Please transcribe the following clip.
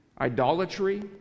idolatry